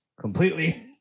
completely